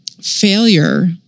failure